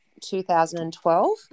2012